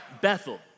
Bethel